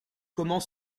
comment